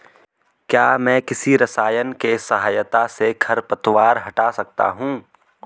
क्या मैं किसी रसायन के सहायता से खरपतवार हटा सकता हूँ?